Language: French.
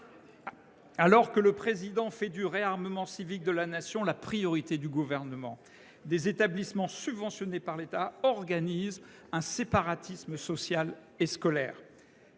Alors que le Président de la République fait du réarmement civique de la Nation la priorité du Gouvernement, des établissements subventionnés par l’État organisent un séparatisme social et scolaire.